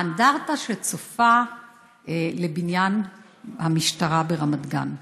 האנדרטה שצופה לבניין המשטרה ברמת גן.